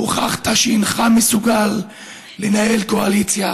הוכחת שאינך מסוגל לנהל קואליציה